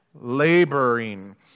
Laboring